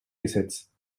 gesetz